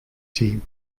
team